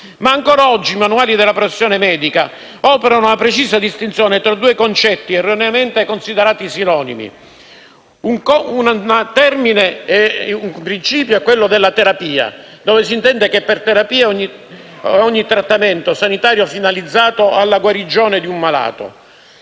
Ma ancora oggi i manuali della professione medica operano una precisa distinzione tra due concetti erroneamente considerati sinonimi: un principio è quello della terapia, con cui si intende ogni trattamento sanitario finalizzato alla guarigione del malato;